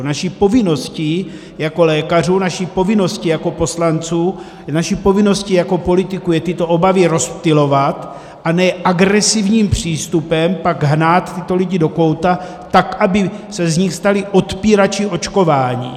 A naší povinnosti jako lékařů, naší povinností jako poslanců, naší povinností jako politiků je tyto obavy rozptylovat, a ne agresivním přístupem pak hnát tyto lidi do kouta tak, aby se z nich stali odpírači očkování.